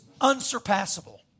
unsurpassable